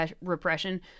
repression